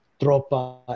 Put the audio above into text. tropa